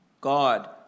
God